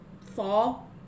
fall